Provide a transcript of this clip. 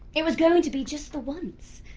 it was going to be just the once.